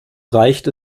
reicht